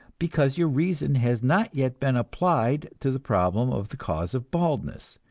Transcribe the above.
because your reason has not yet been applied to the problem of the cause of baldness.